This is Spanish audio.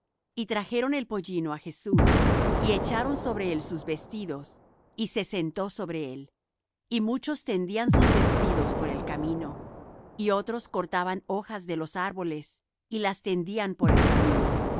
y trajeron el pollino á jesús y echaron sobre él sus vestidos y se sentó sobre él y muchos tendían sus vestidos por el camino y otros cortaban hojas de los árboles y las tendían por el camino